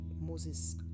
Moses